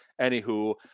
anywho